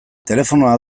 telefonoa